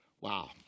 Wow